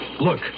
Look